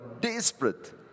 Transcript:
desperate